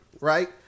Right